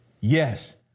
Yes